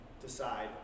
decide